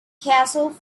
castle